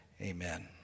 Amen